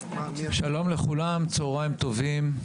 שלום לכולם, צוהריים טובים,